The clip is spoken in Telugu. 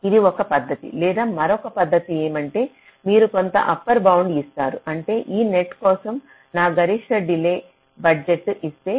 ఇది ఒక పద్ధతి లేదా మరొక పద్ధతి ఏమంటే మీరు కొంత అప్పర్ బౌండ్ ఇస్తారు అంటే ఈ నెట్ కోసం నా గరిష్ట డిలే బడ్జెట్ ఇస్తే